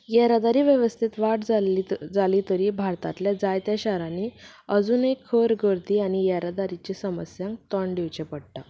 येरादारी वेवस्थेंत वाड जाल्ली जाली तरी भारतांतल्या जायत्या शारांनी आजूनय खर गर्दी आनी येरादारीच्या समस्यांक तोंड दिवचें पडटा